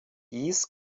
dies